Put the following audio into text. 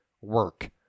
work